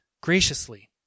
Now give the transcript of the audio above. graciously